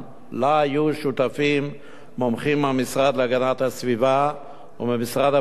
שהיו שותפים לה מומחים מהמשרד להגנת הסביבה וממשרד הבריאות.